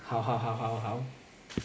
好好好好好